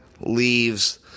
leaves